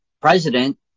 president